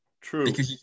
True